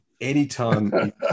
Anytime